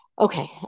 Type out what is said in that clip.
Okay